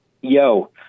Yo